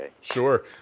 Sure